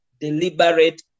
deliberate